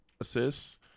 assists